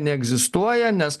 neegzistuoja nes